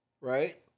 right